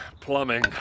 Plumbing